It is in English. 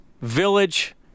village